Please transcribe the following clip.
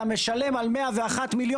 אתה משלם על 101 מיליון.